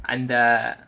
and uh